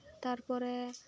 ᱛᱟᱨᱯᱚᱨᱮ